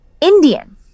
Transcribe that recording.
Indian